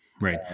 Right